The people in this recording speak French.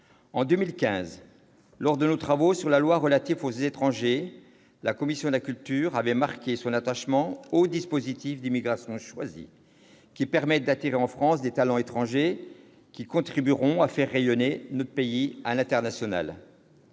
En 2015, lors de nos travaux sur le projet de loi relatif au droit des étrangers en France, la commission de la culture avait marqué son attachement aux dispositifs d'immigration choisie, lesquels permettent d'attirer en France des talents étrangers qui contribuent ensuite à faire rayonner notre pays à l'international.